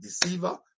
deceiver